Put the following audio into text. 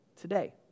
today